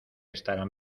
estarán